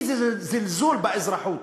איזה זלזול באזרחות,